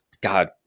God